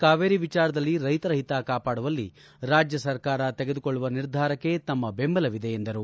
ಕಾವೇರಿ ನೀರಿನ ವಿಚಾರದಲ್ಲಿ ರೈತರ ಹಿತ ಕಾಪಾಡುವಲ್ಲಿ ರಾಜ್ಯ ಸರ್ಕಾರ ತೆಗೆದುಕೊಳ್ಳುವ ನಿರ್ಧಾರಕ್ಕೆ ನಮ್ನ ಬೆಂಬಲವಿದೆ ಎಂದರು